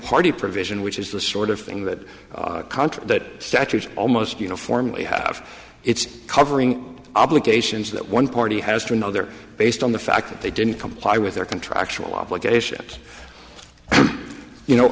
party provision which is the sort of thing that that statue is almost uniformly half it's covering obligations that one party has to another based on the fact that they didn't comply with their contractual obligations you know